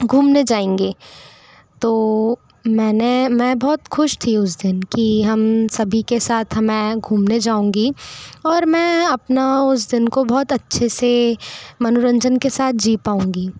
घूमने जाएंगे तो मैंने मैं बहोत खुश थी उस दिन कि हम सभी के साथ हमें घूमने जाऊँगी और मैं अपना उस दिन को बहोत अच्छे से मनोरंजन के साथ जी पाऊँगी